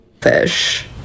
fish